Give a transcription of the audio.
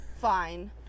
Fine